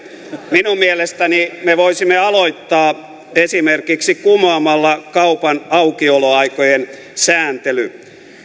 minun mielestäni me voisimme aloittaa esimerkiksi kumoamalla kaupan aukioloaikojen sääntelyn